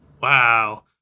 Wow